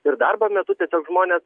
ir darbo metu tiesiog žmonės